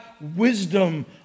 wisdom